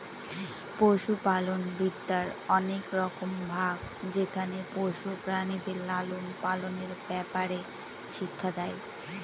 পশুপালনবিদ্যার অনেক রকম ভাগ যেখানে পশু প্রাণীদের লালন পালনের ব্যাপারে শিক্ষা দেয়